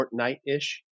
Fortnite-ish